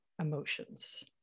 emotions